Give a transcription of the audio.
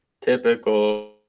Typical